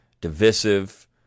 divisive